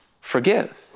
Forgive